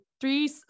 three